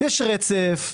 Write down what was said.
יש רצף.